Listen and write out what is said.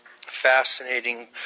fascinating